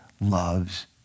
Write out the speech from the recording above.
loves